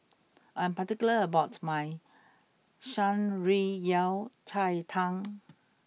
I am particular about my Shan Rui Yao Cai Tang